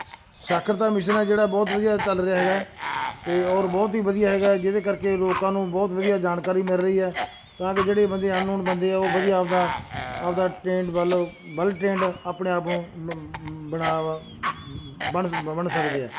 ਸ਼ਾਖਰਤਾ mission ਹੈ ਜਿਹੜਾ ਬਹੁਤ ਵਧੀਆ ਚੱਲ ਰਿਹਾ ਹੈਗਾ ਅਤੇ ਔਰ ਬਹੁਤ ਹੀ ਵਧੀਆ ਹੈਗਾ ਜਿਹਦੇ ਕਰਕੇ ਲੋਕਾਂ ਨੂੰ ਬਹੁਤ ਵਧੀਆ ਜਾਣਕਾਰੀ ਮਿਲ ਰਹੀ ਹੈ ਤਾਂ ਕਿ ਜਿਹੜੇ ਬੰਦੇ ਅਨਨੋਨ ਬੰਦੇ ਆ ਉਹ ਵਧੀਆ ਆਪਦਾ ਆਪਦਾ ਟ੍ਰੇਨਡ ਵਲ ਵਲ ਟਰੇਂਡ ਆਪਣੇ ਆਪ ਨੂੰ ਬਣਾ ਬਣ ਬਣ ਸਕਦੇ ਆ